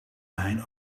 mijn